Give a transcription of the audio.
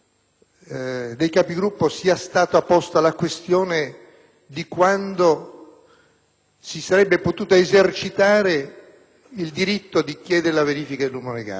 si sarebbe potuto esercitare il diritto di chiedere la verifica del numero legale. Tale questione non è mai stata posta, su questo punto mai è stato preso un impegno.